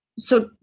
so,